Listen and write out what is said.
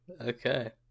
Okay